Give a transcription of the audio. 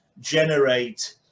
generate